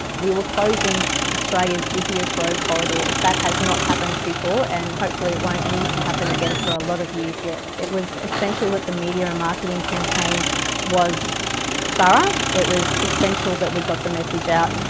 we were closing australia's busiest road corridor. that has not happened before and hopefully it won't need to happen again for a lot of years yet. it was essential that the media and marketing campaign was thorough. it was essential that we got the message out.